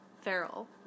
Feral